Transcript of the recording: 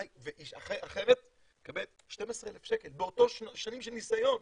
אישה אחרת מקבלת 12,000 שקל עם אותן שנות ניסיון.